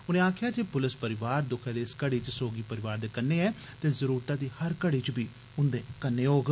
उनें आक्खेआ जे पुलस परिवार दुखै दी इस घड़ी च सोगी परिवार दे कन्नै ऐ ते जरूरतै दी हर घड़ी च बी उंदे कन्नै होग